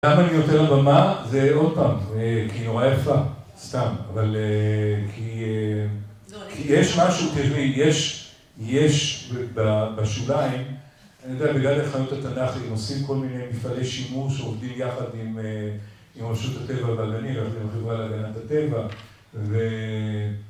למה אני יותר לבמה? זה עוד פעם, זה כי נורא יפה, סתם, אבל כי יש משהו, תשמעי, יש בשוליים, אני לא יודע, בגן החיות התנ"כי, עושים כל מיני מפעלי שימור שעובדים יחד עם רשות הטבע והגנים, עם החברה להגנת הטבע, ו...